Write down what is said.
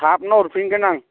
थाबनो हरफिनगोन आं